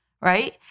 right